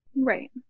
right